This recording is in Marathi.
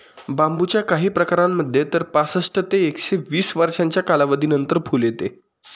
बांबूच्या काही प्रकारांमध्ये तर पासष्ट ते एकशे वीस वर्षांच्या कालावधीनंतर फुल येते